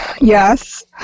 Yes